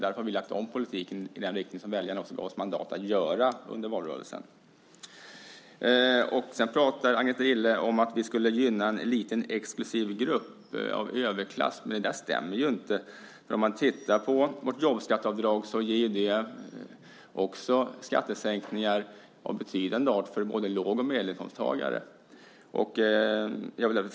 Därför har vi lagt om politiken i den riktning som väljarna också gav oss mandat att göra under valrörelsen. Sedan pratar Agneta Gille om att vi skulle gynna en liten exklusiv grupp av överklass, men det stämmer inte. Om man tittar på vårt jobbskatteavdrag ser man att det också ger skattesänkningar av betydande art för både låg och medelinkomsttagare.